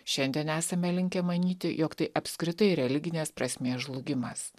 šiandien esame linkę manyti jog tai apskritai religinės prasmės žlugimas